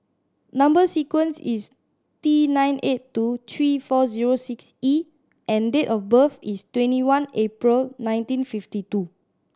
number sequence is T nine eight two three four zero six E and date of birth is twenty one April nineteen fifty two